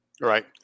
Right